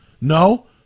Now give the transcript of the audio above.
No